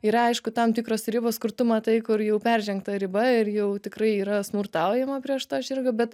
yra aišku tam tikros ribos kur tu matai kur jau peržengta riba ir jau tikrai yra smurtaujama prieš tą žirgą bet